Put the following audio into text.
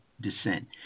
descent